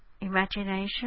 Imagination